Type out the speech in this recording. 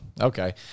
Okay